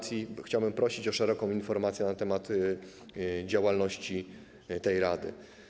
Chciałbym prosić o szeroką informację na temat działalności tej rady.